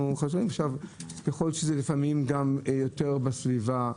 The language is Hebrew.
ככל שזה לפעמים גם יותר בסביבה,